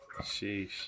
Sheesh